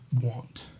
want